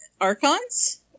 archons